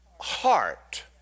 heart